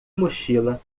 mochila